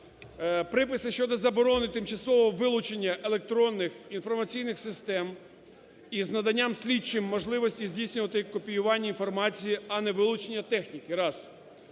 Приписи щодо заборони тимчасового вилучення електронних інформаційних систем із наданням слідчим здійснювати копіювання інформації, а не вилучення техніки, раз.